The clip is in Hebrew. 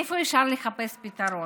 איפה אפשר לחפש פתרון?